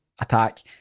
attack